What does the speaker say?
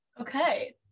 Okay